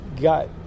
got